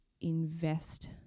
invest